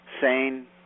sane